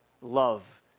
love